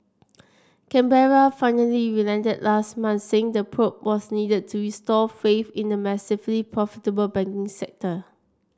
Canberra finally relented last month saying the probe was needed to restore faith in the massively profitable banking sector